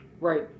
Right